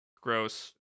gross